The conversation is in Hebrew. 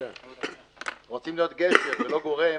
ולא גורם